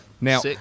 Now